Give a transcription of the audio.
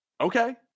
Okay